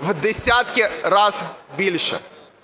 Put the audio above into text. в десятки разів більше.